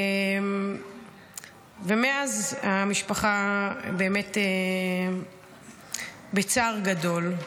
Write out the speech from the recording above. ומאז המשפחה באמת בצער גדול.